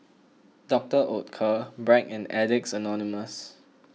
Doctor Oetker Bragg and Addicts Anonymous